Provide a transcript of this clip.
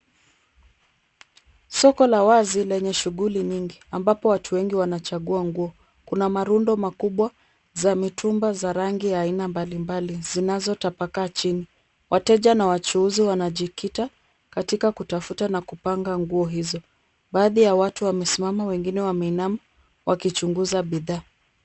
Soko la wazi lenye shughuli nyingi, ambapo watu wengi wanachagua nguo, kuna marundo makubwa za mitumba za rangi ya aina mbalimbali, zinazotapakaa chini, wateja na wachuuzi wanajikita katika kutafuta na kupanga nguo hizo, baadhi ya watu wamesimama, wengine wameinama wakichunguza bidhaa.